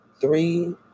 three